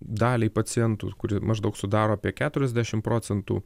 daliai pacientų kuri maždaug sudaro apie keturiasdešim procentų